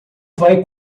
vai